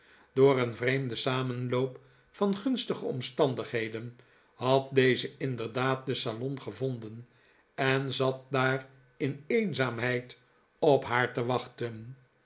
door een vreemden samenloop van gunstige omstandigheden had deze inderdaad den salon gevonden en zat daar in eenzaamheid op haar te wachten